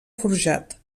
forjat